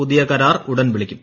പുതിയ കരാർ ഉടൻ വിളിക്കും